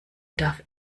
darf